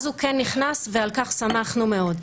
אז הוא כן נכנס ועל כך שמחנו מאוד.